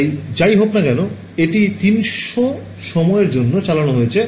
তাই যাই হোক না কেন এটি ৩০০ সময়ের জন্য চালানো হয়েছে